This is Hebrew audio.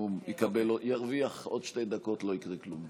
מקסימום ירוויח עוד שתי דקות, לא יקרה כלום.